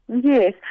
Yes